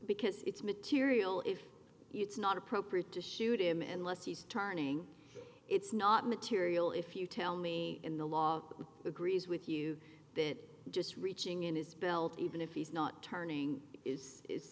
because it's material if it's not appropriate to shoot him and less he's turning it's not material if you tell me in the law agrees with you that just reaching in his belt even if he's not turning is i